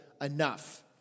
enough